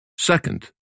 Second